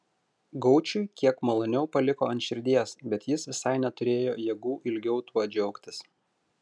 gaučiui kiek maloniau paliko ant širdies bet jis visai neturėjo jėgų ilgiau tuo džiaugtis